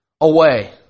away